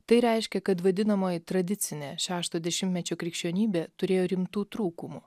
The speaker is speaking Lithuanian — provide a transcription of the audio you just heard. tai reiškia kad vadinamoji tradicinė šešto dešimtmečio krikščionybė turėjo rimtų trūkumų